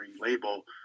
label